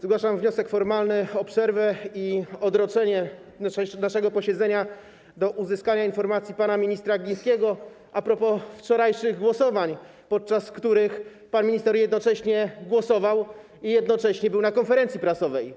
Zgłaszam wniosek formalny o przerwę i odroczenie naszego posiedzenia do czasu uzyskania informacji pana ministra Glińskiego a propos wczorajszych głosowań, podczas których pan minister jednocześnie i głosował, i był na konferencji prasowej.